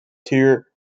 tier